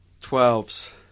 Twelves